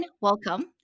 Welcome